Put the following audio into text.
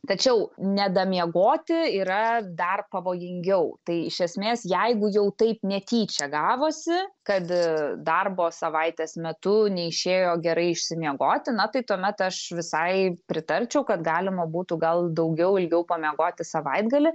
tačiau nedamiegoti yra dar pavojingiau tai iš esmės jeigu jau taip netyčia gavosi kad darbo savaitės metu neišėjo gerai išsimiegoti na tai tuomet aš visai pritarčiau kad galima būtų gal daugiau ilgiau pamiegoti savaitgalį